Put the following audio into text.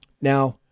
Now